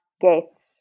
Get